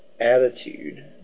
Attitude